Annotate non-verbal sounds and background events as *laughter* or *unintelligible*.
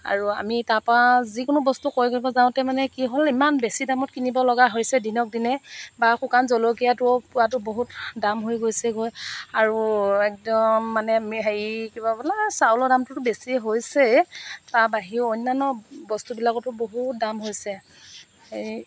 আৰু আমি তাৰপা যিকোনো বস্তু ক্ৰয় কৰিব যাওতে মানে কি হ'ল ইমান বেছি দামত কিনিব লগা হৈছে দিনক দিনে বা শুকান জলকীয়াটো পোৱাটো বহুত দাম হৈ গৈছেগৈ আৰু একদম মানে *unintelligible* হেৰি কিবা বোলে চাউলৰ দামটোতো বেছি হৈছেই তাৰ বাহিৰেও অন্যান্য বস্তুবিলাকতো বহুত দাম হৈছে সেই